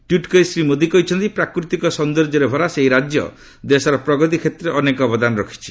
tweet କରି ଶ୍ରୀ ମୋଦୀ କହିଛନ୍ତି ପ୍ରାକୃତିକ ସୌନ୍ଦର୍ଯ୍ୟରେ ଭରା ସେହି ରାଜ୍ୟ ଦେଶର ପ୍ରଗତି କ୍ଷେତ୍ରରେ ଅନେକ ଅବଦାନ ରହିଛି